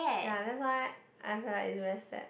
ya that's why I feel like is very sad